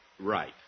Right